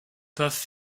peuvent